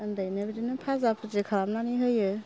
उन्दैनो बिदिनो भाजा भुजि खालामनानै होयो